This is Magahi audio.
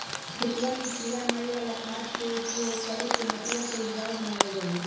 खेतवन में किड़ा मारे वाला खाद के उपयोग करके मटिया के उपजाऊ बनावल जाहई